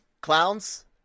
clowns